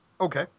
Okay